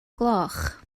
gloch